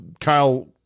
Kyle